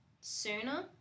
sooner